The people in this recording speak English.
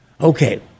Okay